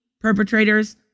perpetrators